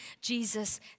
Jesus